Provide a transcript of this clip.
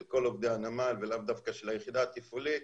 של כל עובדי הנמל ולאו דווקא של היחידה התפעולית,